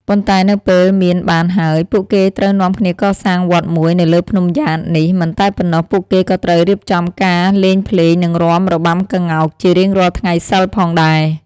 ប៉ុនែ្ដនៅពេលមានបានហើយ ពួកគេត្រូវនាំគ្នាកសាងវត្ដមួយនៅលើភ្នំយ៉ាតនេះ មិនតែប៉ុណ្ណោះពួកគេក៏ត្រូវរៀបចំការលេងភ្លេងនិងរាំរបាំក្ងោកជារៀងរាល់ថ្ងៃសិលផងដែរ។